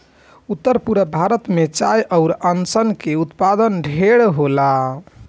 उत्तर पूरब भारत में चाय अउर अनारस के उत्पाद ढेरे होला